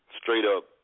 straight-up